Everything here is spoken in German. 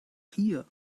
hier